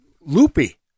loopy